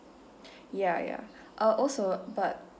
ya ya uh also but